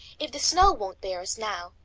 if the snow won't bear us now,